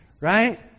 Right